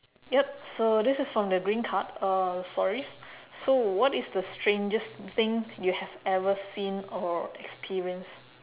yup so this is from the green card uh sorry so what is the strangest thing you have ever seen or experienced